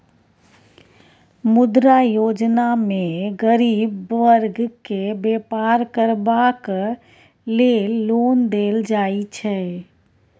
मुद्रा योजना मे गरीब बर्ग केँ बेपार करबाक लेल लोन देल जाइ छै